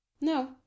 No